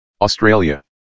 Australia